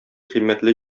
кыйммәтле